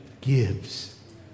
gives